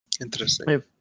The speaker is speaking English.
Interesting